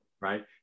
right